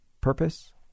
Purpose